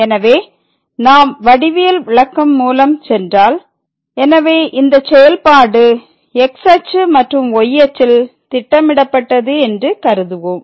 எனவே நாம் வடிவியல் விளக்கம் மூலம் சென்றால் எனவே இந்த செயல்பாடு x−அச்சு மற்றும் y−அச்சில் திட்டமிடப்பட்டது என்று கருதுவோம்